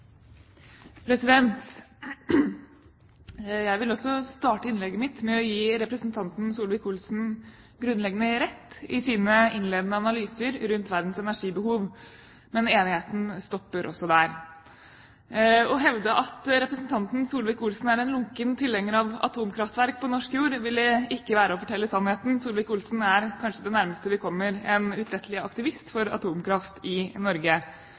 grunnleggende rett i hans innledende analyser rundt verdens energibehov. Men enigheten stopper også der. Å hevde at representanten Solvik-Olsen er en lunken tilhenger av atomkraftverk på norsk jord, ville ikke være å fortelle sannheten. Solvik-Olsen er kanskje det nærmeste vi kommer en utrettelig aktivist for atomkraft i Norge.